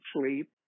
sleep